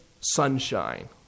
sunshine